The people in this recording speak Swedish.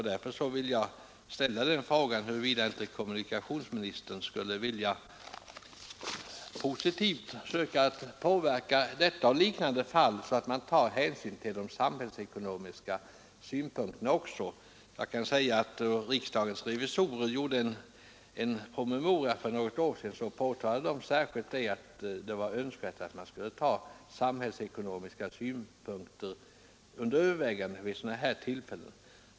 Därför vill jag ställa frågan, huruvida inte kommunikationsministern skulle vilja söka positivt påverka behandlingen av detta och liknande fall, så att också de samhällsekonomiska synpunkterna beaktas. Riksdagens revisorer har i en promemoria för något år sedan särskilt framhållit att det vore önskvärt att samhällsekonomiska synpunkter tas under övervägande vid sådana tillfällen.